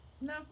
No